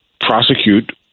prosecute